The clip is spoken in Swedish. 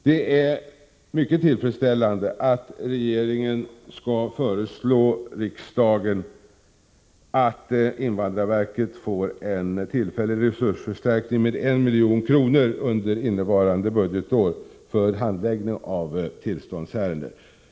Det är mycket tillfredsställande att regeringen skall föreslå riksdagen att invandrarverket får en tillfällig resursförstärkning med 1 milj.kr. under innevarande budgetår för hand läggning av tillståndsärenden.